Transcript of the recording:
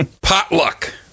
Potluck